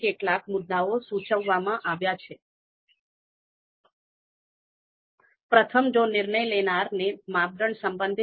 તેથી મુદ્દો નાના નાના તફાવતોને અવગણવાનો છે પરંતુ નાના તફાવતો અથવા ઉચ્ચ તફાવતોના સરવાળોને મંજૂરી આપવાનો છે